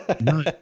No